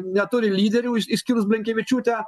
neturi lyderių išskyrus blinkevičiūtę